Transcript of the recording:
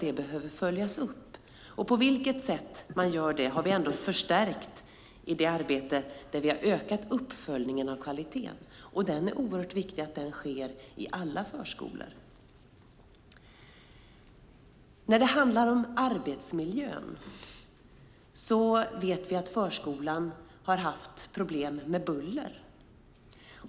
Det sätt på vilket vi gör det har vi ändå förstärkt i det arbete där vi har ökat uppföljningen av kvaliteten, och det är oerhört viktigt att den sker i alla förskolor. När det handlar om arbetsmiljön vet vi att förskolan har haft problem med buller.